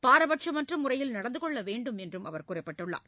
பாரபட்சமற்றமுறையில் நடந்துகொள்ளவேண்டும் என்றும் அவர் குறிப்பிட்டுள்ளார்